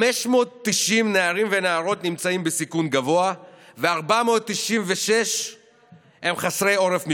590 נערים ונערות נמצאים בסיכון גבוה ו-496 הם חסרי עורף משפחתי.